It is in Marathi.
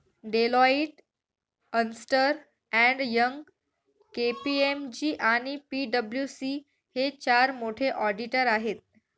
डेलॉईट, अस्न्टर अँड यंग, के.पी.एम.जी आणि पी.डब्ल्यू.सी हे चार मोठे ऑडिटर आहेत